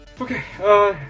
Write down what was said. Okay